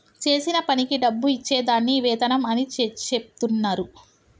చేసిన పనికి డబ్బు ఇచ్చే దాన్ని వేతనం అని చెచెప్తున్నరు